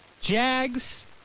Jags